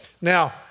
Now